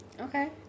Okay